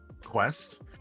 quest